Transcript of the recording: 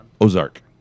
Ozark